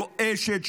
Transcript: גועשת,